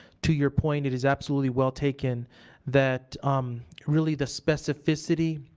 to your point, it is absolutely well taken that really the specificity,